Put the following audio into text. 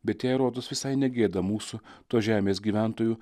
bet jai rodos visai negėda mūsų tos žemės gyventojų